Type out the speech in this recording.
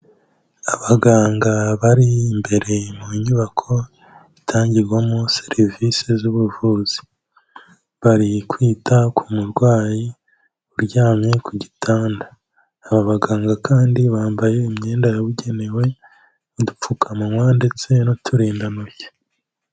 Abaganga bari imbere mu nyubako itangirwamo serivisi z'ubuvuzi, bari kwita ku murwayi uryamye ku gitanda, aba baganga kandi bambaye imyenda yabugenewe, udupfukamunwa ndetse n'uturindantoki.